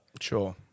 sure